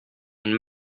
and